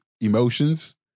emotions